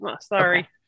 sorry